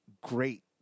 great